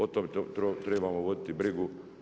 O tome trebamo voditi brigu.